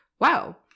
Wow